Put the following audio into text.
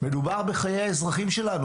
מדובר בחיי האזרחים שלנו.